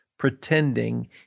pretending